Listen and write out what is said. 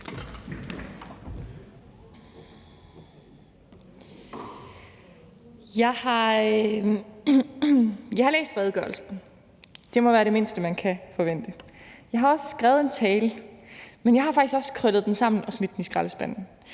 Jeg har læst redegørelsen – det må være det mindste, man kan forvente – og jeg har også skrevet en tale, men jeg har faktisk krøllet den sammen og smidt den i skraldespanden,